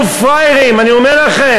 אל תהיו פראיירים, אני אומר לכם.